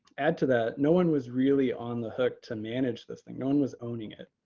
add to that, no one was really on the hook to manage this thing. no one was owning it.